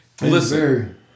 Listen